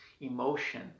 emotion